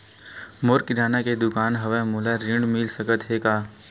मोर किराना के दुकान हवय का मोला ऋण मिल सकथे का?